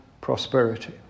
prosperity